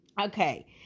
Okay